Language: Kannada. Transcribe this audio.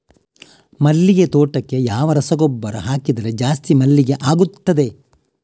ಮಲ್ಲಿಗೆ ತೋಟಕ್ಕೆ ಯಾವ ರಸಗೊಬ್ಬರ ಹಾಕಿದರೆ ಜಾಸ್ತಿ ಮಲ್ಲಿಗೆ ಆಗುತ್ತದೆ?